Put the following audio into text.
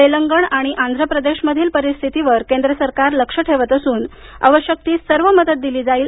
तेलंगण आणि आंध्रप्रदेशमधील परिस्थितीवर केंद्रसरकार लक्ष ठेवत असून आवश्यक ती सर्व मदत दिली जाईल